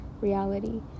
reality